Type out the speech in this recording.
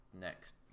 next